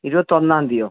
ഇരുപത്തൊന്നാം തീയതിയോ